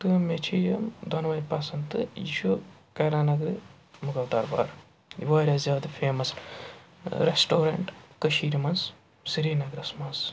تہٕ مےٚ چھِ یِم دۄنوَے پَسنٛد تہٕ یہِ چھُ کرن نگرٕ مغل دربار واریاہ زیادٕ فیمَس رٮ۪سٹورنٛٹ کٔشیٖرِ منٛز سرینَگرَس منٛز